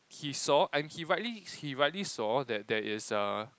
he saw and he rightly he rightly saw that there is err